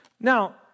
Now